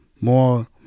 more